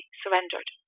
surrendered